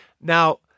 Now